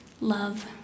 love